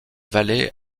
vallée